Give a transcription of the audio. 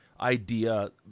idea